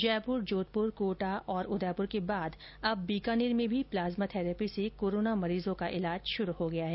जयपुर जोधपुर कोटा और उदयपुर के बाद अब बीकानेर में भी प्लाज्मा थैरेपी से कोरोना मरीजों का इलाज शुरू हो गया है